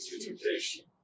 temptation